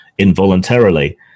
involuntarily